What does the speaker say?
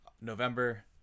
November